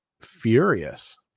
furious